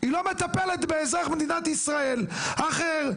היא לא מטפלת באזרח מדינת ישראל אחר,